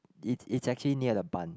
it it's actually near the Bund